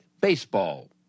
baseball